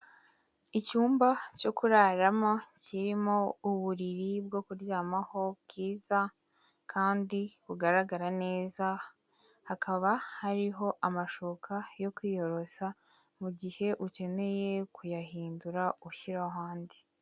Icyumba cyo kuraramo kirimo uburiri bwo kuryamaho bwiza, kandi bugaragara neza. Hakaba hariho amashuka yo kwiyorosa mu gihe ukeneye kuyahindura ushyira ahandi.